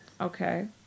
Okay